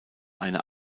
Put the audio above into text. eine